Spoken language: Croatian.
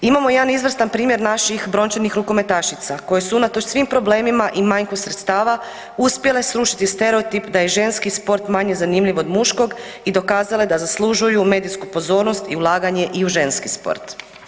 Imamo jedan izvrstan primjer naših brončanih rukometašica koje su unatoč svim problemima i manjku sredstava, uspjele srušiti stereotip da je ženski sport manje zanimljiv od muškog i dokazale da zaslužuju medijsku pozornost i ulaganje i u ženski sport.